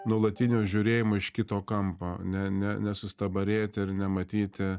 nuolatinio žiūrėjimo iš kito kampo ne ne nesustabarėti ir nematyti